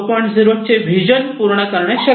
0 vision पूर्ण करणे शक्य नाही